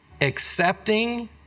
Accepting